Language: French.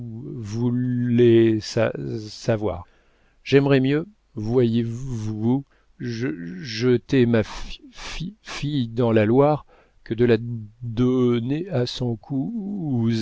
sa savoir j'aimerais mieux voyez vooous je jeter ma fi fi fille dans la loire que de la dooonner à son cououousin